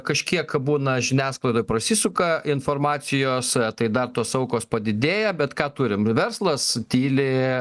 kažkiek būna žiniasklaidoj prasisuka informacijos tai dar tos aukos padidėja bet ką turim verslas tyli